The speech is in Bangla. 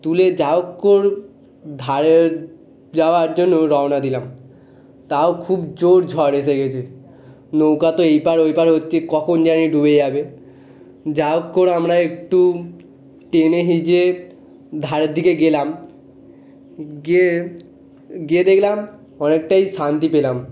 তুলে যা হোক করে ধারে যাওয়ার জন্য রওনা দিলাম তাও খুব জোর ঝড় এসে গিয়েছে নৌকা তো এই পার ওই পার হচ্ছে কখন জানি ডুবে যাবে যা হোক করে আমরা একটু টেনে হিঁচড়ে ধারের দিকে গেলাম গিয়ে গিয়ে দেখলাম অনেকটাই শান্তি পেলাম